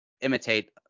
imitate